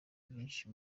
byinshi